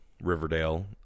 Riverdale